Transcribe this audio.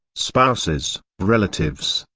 spouses, relatives,